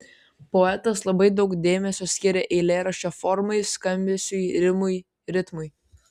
poetas labai daug dėmesio skiria eilėraščio formai skambesiui rimui ritmui